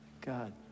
God